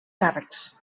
càrrecs